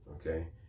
okay